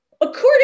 according